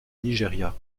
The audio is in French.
nigeria